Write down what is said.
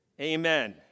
Amen